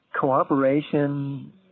cooperation